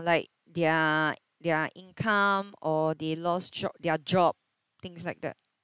like their their income or they lost jo~ their job things like that